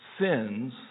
sins